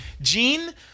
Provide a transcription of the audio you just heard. Gene